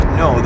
no